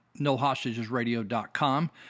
nohostagesradio.com